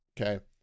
Okay